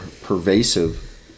pervasive